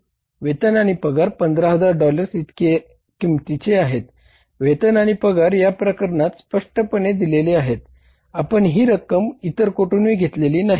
वेतन आणि पगार 15000 डॉलर्स किमतीचे आहेत वेतन आणि पगार या प्रकरणात स्पष्टपणेदिलेले आहे आपण ही रक्कम इतर कोठूनही घेतले नाही